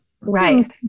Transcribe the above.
Right